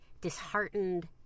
disheartened